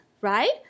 right